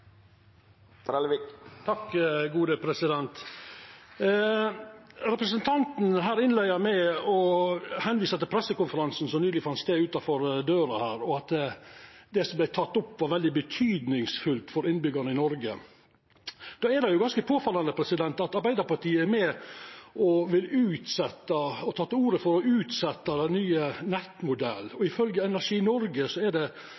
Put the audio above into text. innleia med å visa til pressekonferansen som nyleg fann stad utanfor døra her, og at det som vart teke opp, var veldig viktig for innbyggjarane i Noreg. Då er det ganske påfallande at Arbeidarpartiet har teke til orde for å utsetja den nye nettleigemodellen. Ifølgje Energi Norge er det